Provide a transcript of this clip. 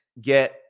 get